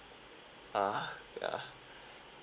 ah ya